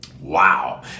Wow